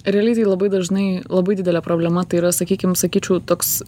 realybėj labai dažnai labai didelė problema tai yra sakykim sakyčiau toks